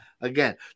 again